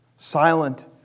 silent